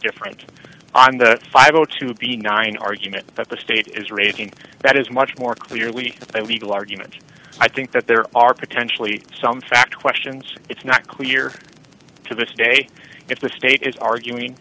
different on that if i go to it being nine argument that the state is raising that is much more clearly a legal argument i think that there are potentially some factor questions it's not clear to this day if the state is arguing